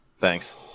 thanks